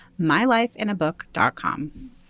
mylifeinabook.com